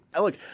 look